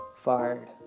fired